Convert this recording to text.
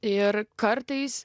ir kartais